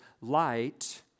light